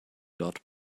dort